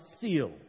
seal